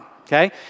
okay